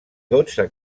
dotze